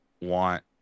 want